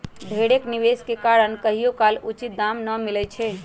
ढेरेक निवेश के कारण कहियोकाल उचित दाम न मिलइ छै